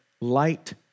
light